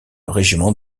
régiment